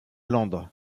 londres